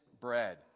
Bread